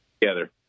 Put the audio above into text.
together